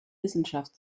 wissenschaft